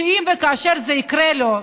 שאם וכאשר זה יקרה לו,